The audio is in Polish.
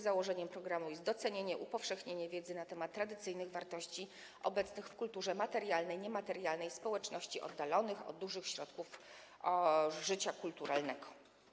Założeniem programu jest docenienie i upowszechnienie wiedzy na temat tradycyjnych wartości obecnych w kulturze materialnej i niematerialnej społeczności oddalonych od dużych ośrodków życia kulturalnego.